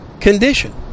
condition